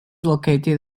located